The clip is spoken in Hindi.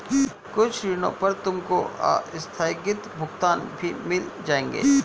कुछ ऋणों पर तुमको आस्थगित भुगतान भी मिल जाएंगे